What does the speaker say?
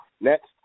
Next